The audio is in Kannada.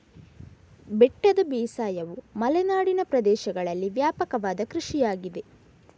ಬೆಟ್ಟದ ಬೇಸಾಯವು ಮಲೆನಾಡಿನ ಪ್ರದೇಶಗಳಲ್ಲಿ ವ್ಯಾಪಕವಾದ ಕೃಷಿಯಾಗಿದೆ